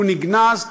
הוא נגנז,